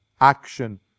action